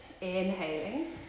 inhaling